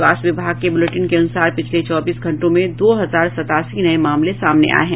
स्वास्थ्य विभाग के बुलेटिन के अनुसार पिछले चौबीस घंटों में दो हजार सत्तासी नये मामले सामने आये हैं